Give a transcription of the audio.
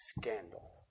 scandal